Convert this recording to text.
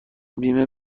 بیمه